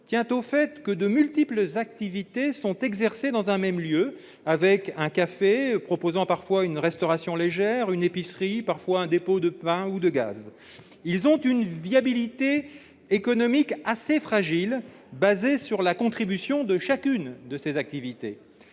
tient au fait que de multiples activités sont exercées dans un même lieu, avec un café proposant parfois une restauration légère, une épicerie ou un dépôt de pain ou de gaz. Leur viabilité économique, fondée sur la contribution de chacune de ces activités,